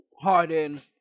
Harden